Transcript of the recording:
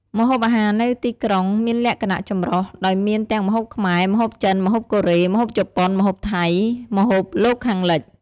ម្ហូបអាហារនៅទីក្រុងមានលក្ខណៈចម្រុះ ដោយមានទាំងម្ហូបខ្មែរ ម្ហូបចិន ម្ហូបកូរ៉េ ម្ហូបជប៉ុន ម្ហូបថៃ ម្ហូបលោកខាងលិច។